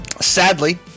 sadly